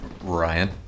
ryan